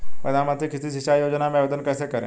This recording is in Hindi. प्रधानमंत्री कृषि सिंचाई योजना में आवेदन कैसे करें?